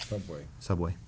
subway subway